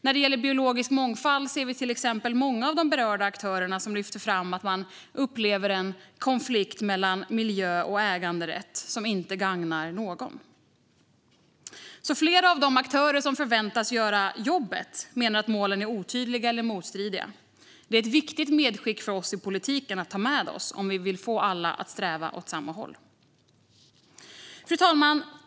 När det gäller biologisk mångfald är det till exempel många berörda aktörer som lyfter fram att man upplever en konflikt mellan miljö och äganderätt som inte gagnar någon. Flera av de aktörer som förväntas göra jobbet menar att målen är otydliga eller motstridiga. Det är ett viktigt medskick för oss i politiken att ta med oss om vi vill få alla att sträva åt samma håll. Fru talman!